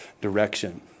direction